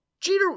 Jeter